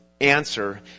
answer